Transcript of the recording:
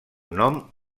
nom